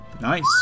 Nice